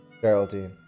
Geraldine